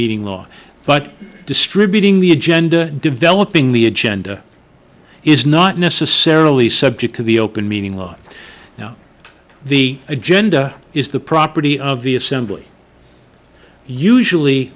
meeting law but distributing the agenda developing the agenda is not necessarily subject to the open meeting law now the agenda is the property of the assembly usually